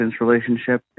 relationship